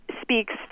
speaks